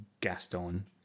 Gaston